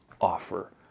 offer